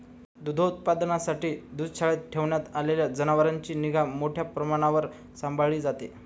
दुग्धोत्पादनासाठी दुग्धशाळेत ठेवण्यात आलेल्या जनावरांची निगा मोठ्या प्रमाणावर सांभाळली जाते